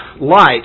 light